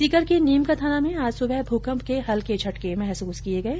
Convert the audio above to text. सीकर के नीम का थाना में आज सुबह भूकंप के झटके महसूस किये गये